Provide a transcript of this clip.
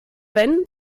wenn